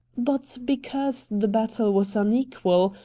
but because the battle was unequal,